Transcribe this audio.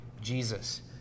Jesus